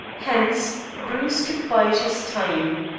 hence, bruce could bide his time.